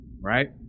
right